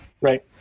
right